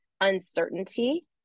uncertainty